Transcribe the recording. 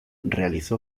realizó